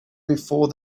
before